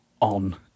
on